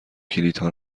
کلیدها